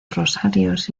rosarios